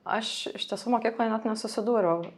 aš iš tiesų mokykloj net nesusidūriau